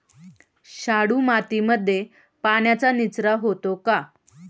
शाडू मातीमध्ये पाण्याचा निचरा होतो का?